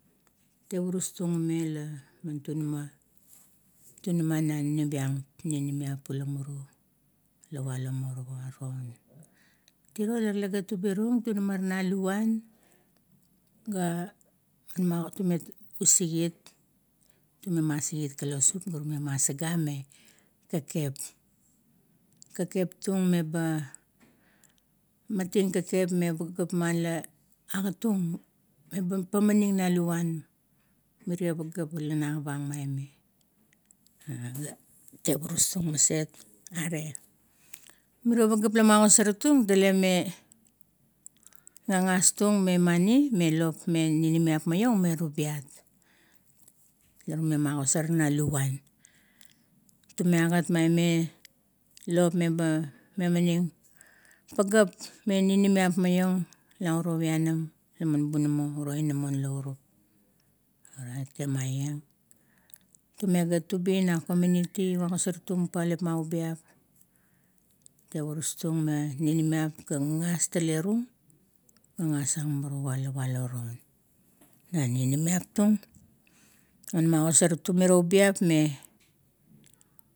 Tevurus tung, mengan tunama, tunama na nap iang ula mumuru, walo morowa re-un. Tiro, tale gat ubi rung, tunamar na luvan ga magasor u sigit, tume masigit kalosup, ga rume masaga e kekep. Kekep tug meba mating kekep me pagea la agat tung la pamaning na luvaun, mire pageap la navang mai me. teurus tung maset ara, mirio pageap lamagosar tung tale me gagas tg me mani, me lop me ninimiap maiong me tubiat, la rume magosar na luvuan. Tume agat maime lop meba pageap me ninimiap maiong na uro panam, uro inanamo an bunama laurup. Oret temaieng, tume gat ubi na komiuniti ogasar tung papauip ma ubiap, tevurus tung me gagas, tale rungd, gagas and morowa la walo ra-un, na ninimiap tung, magosar tung meo ubiap me.